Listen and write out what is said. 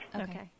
Okay